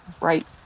right